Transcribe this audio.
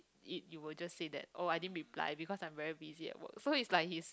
it you will just say that oh I didn't reply because I'm very busy at work so it's like he's